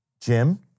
Jim